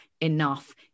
enough